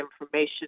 information